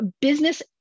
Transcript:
business